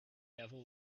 devil